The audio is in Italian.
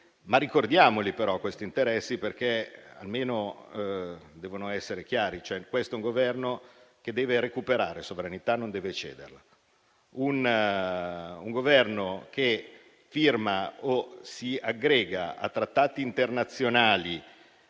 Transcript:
ma ricordiamoli, perché almeno devono essere chiari. Questo è un Governo che deve recuperare sovranità e non deve cederla. Un Governo che firma o si aggrega a trattati internazionali,